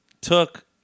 took